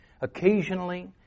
Occasionally